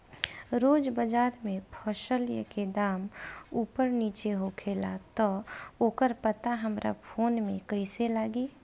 रोज़ बाज़ार मे फसल के दाम ऊपर नीचे होखेला त ओकर पता हमरा फोन मे कैसे लागी?